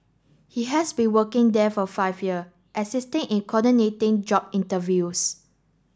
he has been working there for five year assisting in coordinating job interviews